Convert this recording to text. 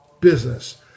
business